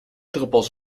druppels